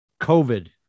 COVID